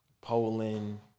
poland